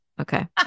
Okay